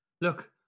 Look